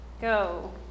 Go